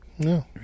no